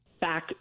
back